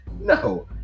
no